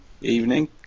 evening